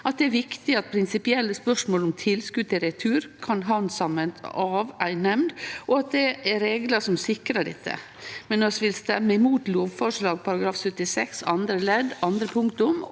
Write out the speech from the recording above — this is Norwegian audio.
at det er viktig at prinsipielle spørsmål om tilskot til retur kan handsamast av ei nemnd, og at det er reglar som sikrar dette. Men vi vil stemme imot lovforslagets § 76 andre ledd andre punktum